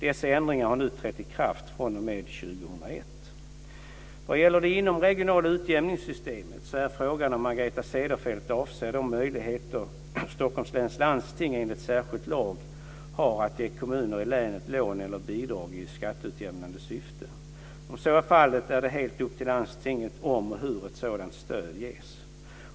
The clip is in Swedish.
Dessa ändringar har nu trätt i kraft fr.o.m. år 2001. Vad gäller det inomregionala utjämningssystemet är frågan om Margareta Cederfelt avser de möjligheter Stockholms läns landsting, enligt en särskild lag, har att ge kommuner i länet lån eller bidrag i skatteutjämnande syfte. Om så är fallet är det helt upp till landstinget om och hur ett sådant stöd ges.